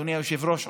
אדוני היושב-ראש,